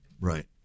Right